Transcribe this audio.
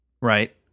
right